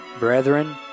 Brethren